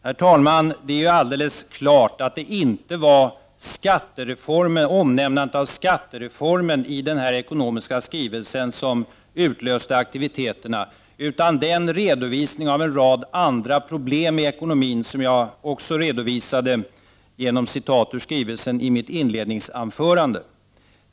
Herr talman! Det är alldeles klart att det inte var omnämnandet av skattereformen i den ekonomiska skrivelsen som utlöste aktiviteterna, utan den redovisning av en rad andra problem i ekonomin, vilka jag också redovisade i mitt inledningsanförande genom citat ur skrivelsen.